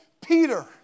Peter